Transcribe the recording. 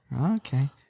Okay